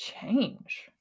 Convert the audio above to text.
change